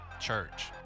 church